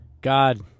God